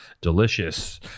delicious